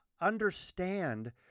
understand